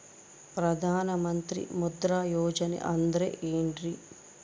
ಪ್ರಧಾನ ಮಂತ್ರಿ ಮುದ್ರಾ ಯೋಜನೆ ಅಂದ್ರೆ ಏನ್ರಿ?